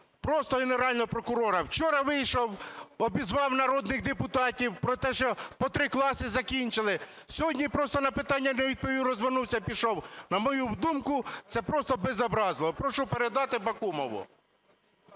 просто Генерального прокурора… Вчора вийшов, обізвав народних депутатів про те, що по три класи закінчили, сьогодні просто на питання не відповів, розвернувся і пішов. На мою думку, це просто безобразно. Прошу передати Бакумову.